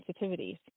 sensitivities